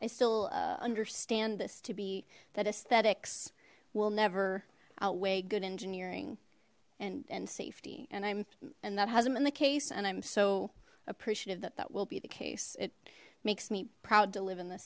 i still understand this to be that aesthetics will never outweigh good engineering and and safety and i'm and that hasn't been the case and i'm so appreciative that that will be the case it makes me proud to live in the